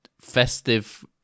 festive